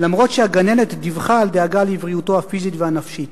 למרות שהגננת דיווחה על דאגה לבריאותו הפיזית והנפשית.